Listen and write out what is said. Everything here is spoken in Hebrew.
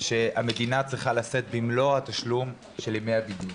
שהמדינה צריכה לשאת במלוא התשלום של ימי הבידוד,